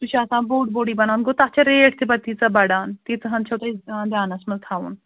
سُہ چھُ آسان بوٚڈ بوٚڈٕے بَنان گوٚو تَتھ چھِ ریٹ تہِ پَتہٕ تیٖژاہ بَڑان تیٖژاہَن چھُو تۄہہِ دیانَس منٛز تھاوُن